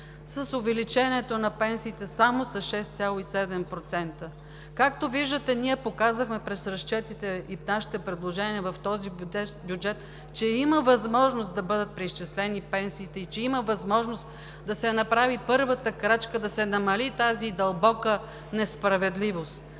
за увеличението на пенсиите само с 6,7%. Както виждате, ние показахме през разчетите и с предложенията си в бюджета, че има възможност да бъдат преизчислени пенсиите и да се направи първата крачка, за да се намали тази дълбока несправедливост.